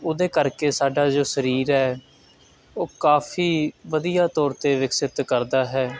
ਉਹਦੇ ਕਰਕੇ ਸਾਡਾ ਜੋ ਸਰੀਰ ਹੈ ਉਹ ਕਾਫੀ ਵਧੀਆ ਤੌਰ 'ਤੇ ਵਿਕਸਿਤ ਕਰਦਾ ਹੈ